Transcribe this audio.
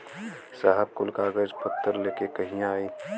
साहब कुल कागज पतर लेके कहिया आई?